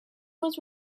was